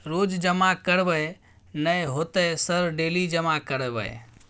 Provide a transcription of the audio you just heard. रोज जमा करबे नए होते सर डेली जमा करैबै?